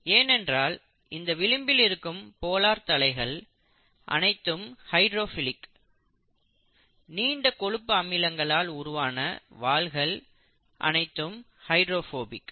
ஏனென்றால் இதன் விளிம்பில் இருக்கும் போலார் தலைகள் அனைத்தும் ஹைடிரோஃபிலிக் நீண்ட கொழுப்பு அமில சங்கிலிகளால் உருவான வால்கள் அனைத்தும் ஹைட்ரோபோபிக்